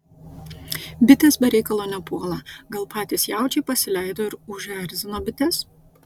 bitės be reikalo nepuola gal patys jaučiai pasileido ir užerzino bites